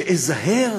שאזהר